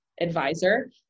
advisor